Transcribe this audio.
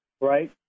right